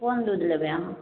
कोन दूध लेबै अहाँ